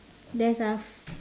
there's ah